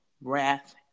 wrath